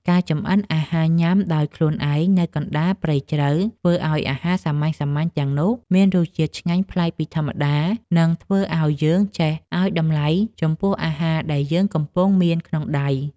ការចម្អិនអាហារញ៉ាំដោយខ្លួនឯងនៅកណ្ដាលព្រៃជ្រៅធ្វើឱ្យអាហារសាមញ្ញៗទាំងនោះមានរសជាតិឆ្ងាញ់ប្លែកពីធម្មតា និង ធ្វើឱ្យយើងចេះឱ្យតម្លៃចំពោះអាហារដែលយើងកំពុងមានក្នុងដៃ។